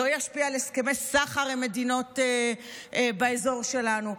לא ישפיע על הסכמי סחר עם מדינות באזור שלנו?